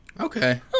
Okay